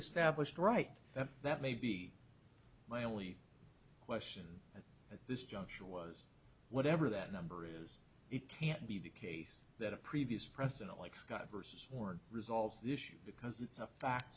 established right that maybe my only question at this juncture was whatever that number is it can't be the case that a previous president like scott versus board resolves the issue because it's a fact